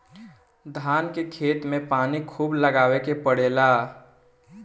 धान के खेत में पानी खुब लगावे के पड़ेला